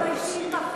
אנחנו מתביישים בכם.